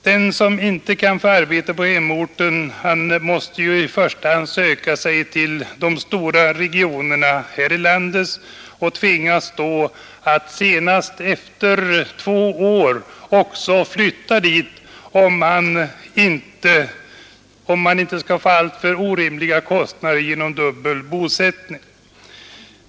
Den som inte kan få arbete på hemorten måste i första hand söka sig till de stora regionerna i landet och tvingas då också att senast efter två år flytta dit, om han inte skall få alltför orimliga kostnader till följd av dubbel bosättning.